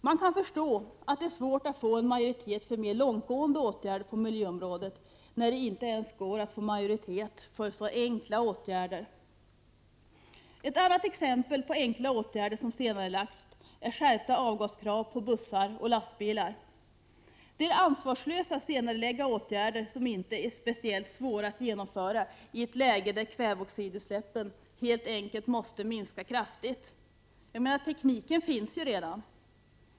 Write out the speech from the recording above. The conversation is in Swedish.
Man kan förstå att det är svårt att få majoritet för mer långtgående åtgärder på miljöområdet när det inte går att få majoritet ens för så enkla åtgärder. Ett annat exempel på enkla åtgärder som senarelagts är skärpta avgaskrav på bussar och lastbilar. Det är ansvarslöst att senarelägga dessa åtgärder, som inte är speciellt svåra att genomföra, i ett läge där kväveoxidutsläppen helt enkelt måste minska kraftigt. Tekniken finns ju redan.